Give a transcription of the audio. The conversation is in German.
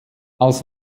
als